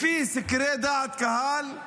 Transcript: לפי סקרי דעת קהל,